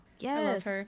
Yes